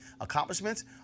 accomplishments